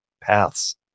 paths